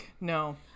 No